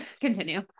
continue